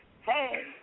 Hey